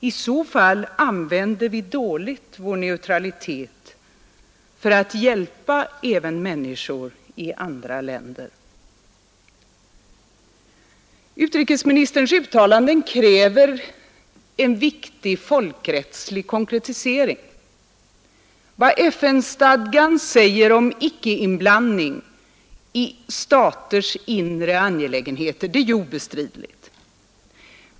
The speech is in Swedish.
I så fall använder vi dåligt vår neutralitet för att hjälpa även människor i andra länder. Utrikesministerns uttalanden kräver en viktig folkrättslig konkretisering. Vad FN-stadzan säger om icke-inblandning i staters inre angelägenheter är ju obestridligt.